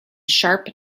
sharp